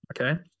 okay